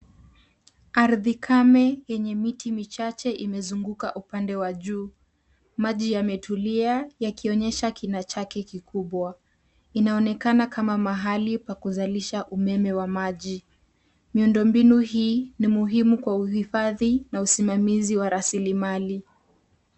Ardhi kame yenye miti michache imezunguka upande wa juu. Maji yametulia yakionyesha kina chake kikubwa. Inaonekana kama mahali pa kuzalisha umeme wa maji. Miundo mbinu hii ni muhimu kwa uhifadhi na usimamizi wa rasili mali.